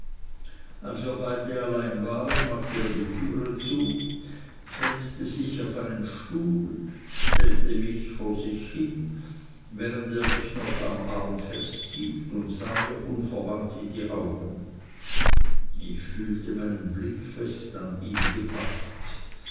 als wir beide allein waren machte er die türe zu setzte sich auf einen stuhl stellte mich vor sich hin während er mich immer noch am arm festhielt und sah mir unverwandt in die augen ich fühlte meinen blick fest an ihn gebannt